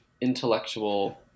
intellectual